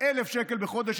1,000 שקלים בחודש,